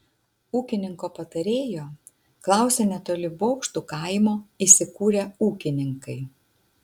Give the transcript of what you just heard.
ūkininko patarėjo klausė netoli bokštų kaimo įsikūrę ūkininkai